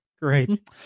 Great